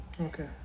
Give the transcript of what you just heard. Okay